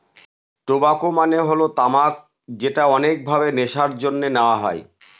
টবাক মানে হল তামাক যেটা অনেক ভাবে নেশার জন্যে নেওয়া হয়